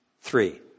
Three